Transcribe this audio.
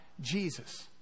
Jesus